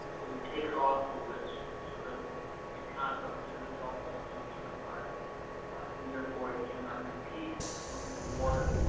but we take it off the list so that it cant represent itself as hubzone certified and therefore, it cannot compete. it wont be awarded